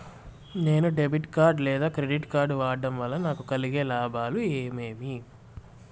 నేను debit card లేదా credit card వాడడం వల్ల నాకు కలిగే లాభాలు ఏమేమీ?